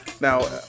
Now